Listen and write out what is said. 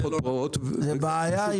--- זאת בעיה.